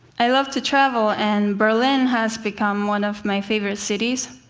i love to travel, and berlin has become one of my favorite cities.